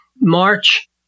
March